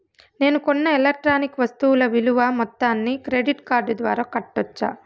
నేను కొన్న ఎలక్ట్రానిక్ వస్తువుల విలువ మొత్తాన్ని క్రెడిట్ కార్డు ద్వారా కట్టొచ్చా?